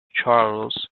charles